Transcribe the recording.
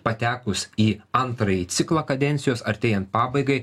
patekus į antrąjį ciklą kadencijos artėjant pabaigai